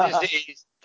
disease